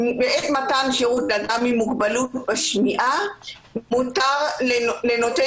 "בעת מתן שירות לאדם עם מוגבלות בשמיעה מותר לנותן